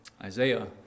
Isaiah